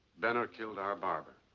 benner killed our barber.